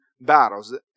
battles